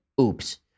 Oops